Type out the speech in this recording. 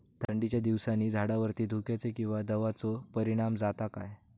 थंडीच्या दिवसानी झाडावरती धुक्याचे किंवा दवाचो परिणाम जाता काय?